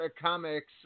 comics